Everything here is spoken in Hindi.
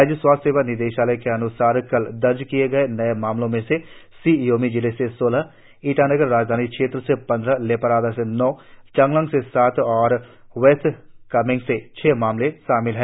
राज्य स्वास्थ्य सेवा निदेशालय के अन्सार कल दर्ज किए गए नए मामलों में शी योमी जिले से सोलह ईटानगर राजधानी क्षेत्र से पंद्रह लेपारादा से नौ चांगलांग से सात और वेस्ट कामेंग से छह मामले शामिल है